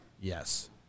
Yes